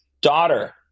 daughter